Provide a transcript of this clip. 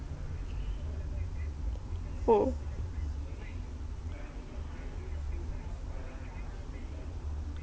oh